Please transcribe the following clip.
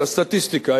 את הסטטיסטיקה,